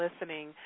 listening